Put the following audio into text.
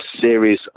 series